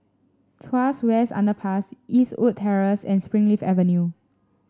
Tuas West Underpass Eastwood Terrace and Springleaf Avenue